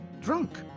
drunk